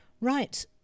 Right